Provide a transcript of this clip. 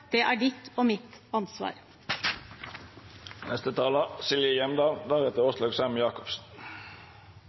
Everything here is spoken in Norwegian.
Det er ditt og mitt